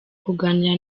kuganira